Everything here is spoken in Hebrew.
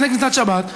לפני כניסת שבת.